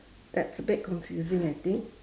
that's bit confusing I think